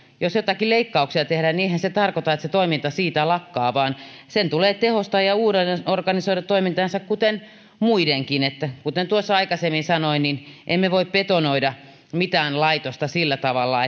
jos joitakin leikkauksia tehdään niin eihän se tarkoita että se toiminta siitä lakkaa vaan sen tulee tehostaa ja uudelleen organisoida toimintansa kuten muidenkin kuten tuossa aikaisemmin sanoin niin emme voi betonoida mitään laitosta sillä tavalla